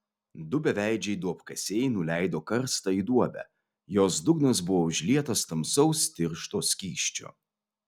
du beveidžiai duobkasiai nuleido karstą į duobę jos dugnas buvo užlietas tamsaus tiršto skysčio